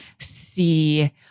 See